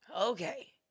Okay